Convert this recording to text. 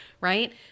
right